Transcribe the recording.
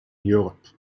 europe